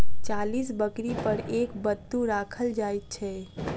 चालीस बकरी पर एक बत्तू राखल जाइत छै